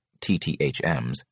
TTHMs